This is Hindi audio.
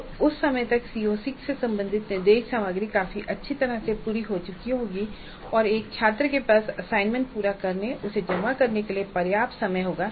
तो उस समय तक CO6 से संबंधित निर्देश सामग्री काफी अच्छी तरह से पूरी हो चुकी होगी और एक छात्र के पास असाइनमेंट पूरा करने और उसे जमा करने के लिए पर्याप्त समय होगा